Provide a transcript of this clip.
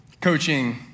coaching